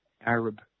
Arab